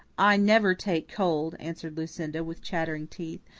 i never take cold, answered lucinda, with chattering teeth.